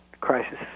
crisis